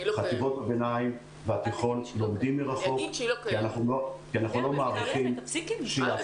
חטיבות הביניים והתיכון לומדים מרחוק כי אנחנו לא מעריכים --- הם